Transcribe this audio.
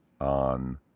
on